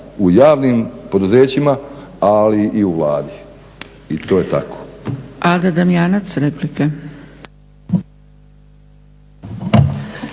u javnim poduzećima ali i u Vladi. I to je tako.